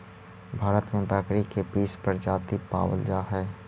भारत में बकरी के बीस प्रजाति पावल जा हइ